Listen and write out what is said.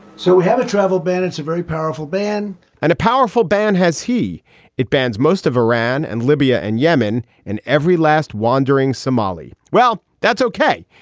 so had a travel ban. it's a very powerful ban and a powerful ban has he it bans most of iran and libya and yemen and every last wandering somali. well, that's ok,